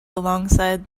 alongside